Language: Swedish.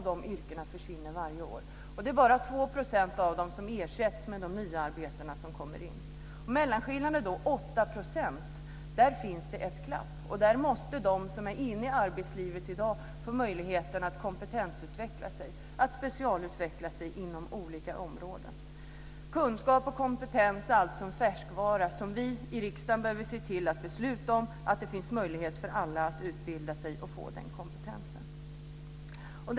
Det är bara 2 % av dem som ersätts med de nya arbeten som kommer in. Mellanskillnaden är 8 %. Där finns det ett glapp. De som är inne i arbetslivet i dag måste få möjligheten att kompetensutveckla sig, att specialutveckla sig inom olika områden. Kunskap och kompetens är alltså en färskvara. Vi i riksdagen behöver fatta sådana beslut att det finns möjlighet för alla att utbilda sig och få den nödvändiga kompetensen.